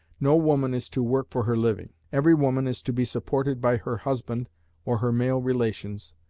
no woman is to work for her living. every woman is to be supported by her husband or her male relations,